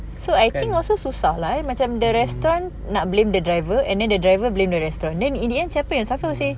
so I think also susah lah macam the restaurant nak blame the driver and then the driver blame the restaurant then in the end siapa yang suffer seh